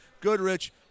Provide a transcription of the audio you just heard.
Goodrich